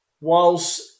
Whilst